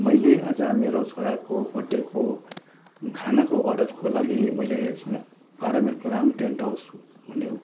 मैले आज मेरो छोराको बर्थडेको खानाको अर्डरको लागि मैले बाह्र माइलको राम टेन्ट हाउस भन्ने